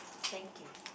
thank you